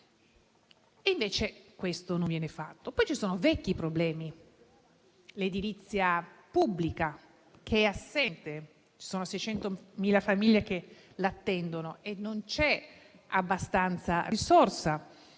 Invece questo non viene fatto. Poi ci sono i vecchi problemi. L'edilizia pubblica è assente, con 600.000 famiglie che l'attendono, e non c'è abbastanza risorsa.